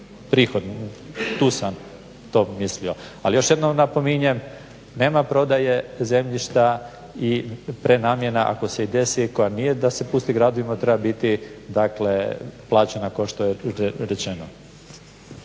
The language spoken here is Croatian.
prihod, tu sam to mislio. Ali još jednom napominjem nema prodaje zemljišta i prenamjena ako se i desi, koja nije da se pusti gradovima treba biti dakle plaćena kao što je rečeno.